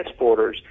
transporters